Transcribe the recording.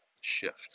shift